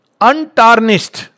Untarnished